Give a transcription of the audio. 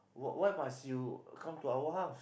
why must you come to our house